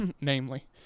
namely